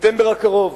לספטמבר הקרוב,